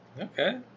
Okay